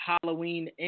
Halloween